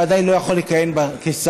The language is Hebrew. ודאי לא יכול לכהן בה כשר.